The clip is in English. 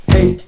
Hey